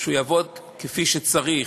שהוא יעבוד כפי שצריך: